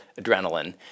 adrenaline